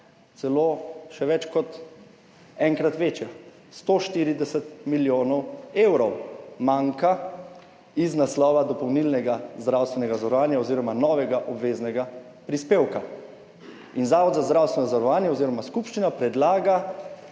celo še več kot enkrat večja, 140 milijonov evrov manjka iz naslova dopolnilnega zdravstvenega zavarovanja oziroma novega obveznega prispevka. In Zavod za zdravstveno zavarovanje oziroma skupščina predlaga